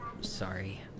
Sorry